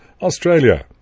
Australia